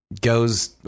goes